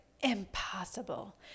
impossible